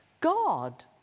God